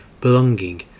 belonging